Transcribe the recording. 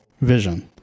vision